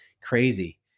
crazy